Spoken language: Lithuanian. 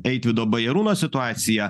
eitvydo bajarūno situaciją